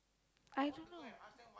I don't know